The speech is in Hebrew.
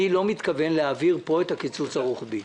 אני לא מתכוון להעביר פה את הקיצוץ הרוחבי,